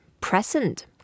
present